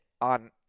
on